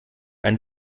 ein